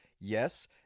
yes